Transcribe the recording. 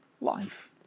Life